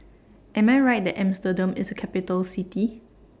Am I Right that Amsterdam IS A Capital City